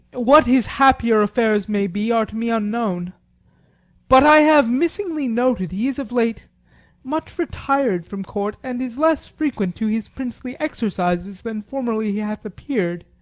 what his happier affairs may be, are to me unknown but i have missingly noted he is of late much retired from court, and is less frequent to his princely exercises than formerly he hath appeared.